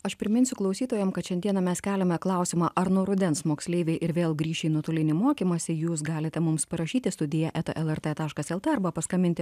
aš priminsiu klausytojam kad šiandieną mes keliame klausimą ar nuo rudens moksleiviai ir vėl grįš į nuotolinį mokymąsi jūs galite mums parašyti studija eta lrt taškas el t arba paskambinti